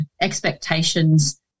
expectations